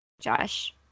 Josh